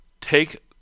take